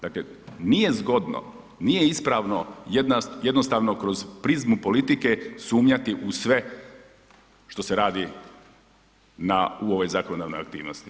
Dakle nije zgodno, nije ispravno jednostavno kroz prizmu politike sumnjati u sve što se radi u ovoj zakonodavnoj aktivnosti.